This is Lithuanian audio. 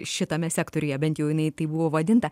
šitame sektoriuje bent jau jinai taip buvo vadinta